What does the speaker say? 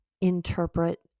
interpret